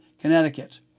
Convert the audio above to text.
Connecticut